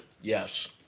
Yes